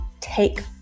take